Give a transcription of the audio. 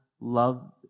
love